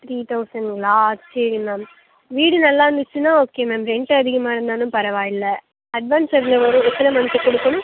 three தௌசணுங்களா சரி ma'am வீடு நல்லாருந்துச்சுன்னா ஓகே மேம் ரெண்ட் அதிகமாக இருந்தாலும் பரவாயில்லை அட்வான்ஸ் எவ்வளோ வரும் எத்தனை மணிக்கு கொடுக்கணும்